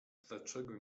dlaczego